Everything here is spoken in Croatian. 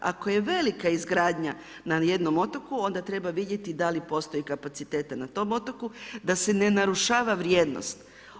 Ako je velika izgradnja na jednom otoku, onda treba vidjeti da li postoje kapaciteti na tom otoku, da se ne narušava vrijednost.